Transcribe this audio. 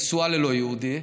יהודייה, ונשואה ללא-יהודי.